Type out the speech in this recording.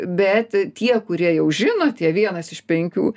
bet tie kurie jau žinot tie vienas iš penkių